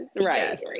Right